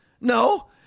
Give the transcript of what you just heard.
No